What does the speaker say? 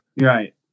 Right